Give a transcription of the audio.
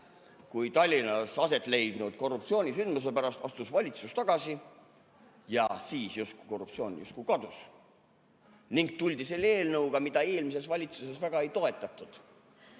kui Tallinnas aset leidnud korruptsioonisündmuse pärast astus valitsus tagasi. Siis korruptsioon justkui kadus ning tuldi selle eelnõuga, mida eelmises valitsuses väga ei toetatud.